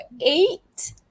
eight